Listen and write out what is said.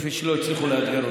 כפי שלא הצליחו לאתגר אותה.